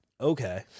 Okay